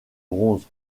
bronze